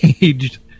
aged